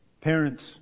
Parents